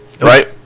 right